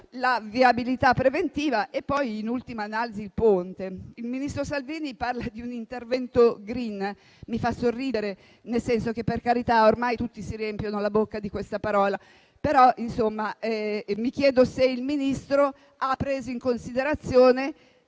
alla viabilità preventiva e poi, in ultima analisi, al ponte. Il ministro Salvini parla di un intervento *green.* Mi fa sorridere, perché ormai tutti si riempiono la bocca di questa parola, però mi chiedo se il Ministro abbia preso in considerazione